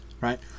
Right